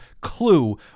clue